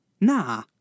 Nah